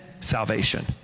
salvation